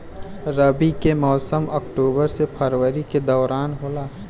रबी के मौसम अक्टूबर से फरवरी के दौरान होला